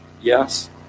Yes